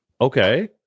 Okay